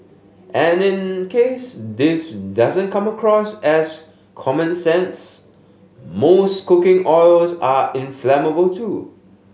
and in case this doesn't come across as common sense most cooking oils are inflammable too